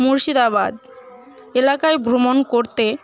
মুর্শিদাবাদ এলাকায় ভ্রমণ করতে